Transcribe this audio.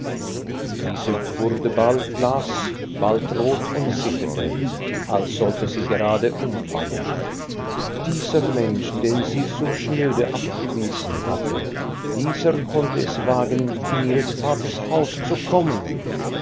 diese wurde bald blaß bald rot und zitterte als sollte sie gerade umfallen dieser mensch den sie so schnöde abgewiesen hatte dieser konnte es wagen in ihres vaters haus zu kommen